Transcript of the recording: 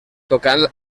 tocant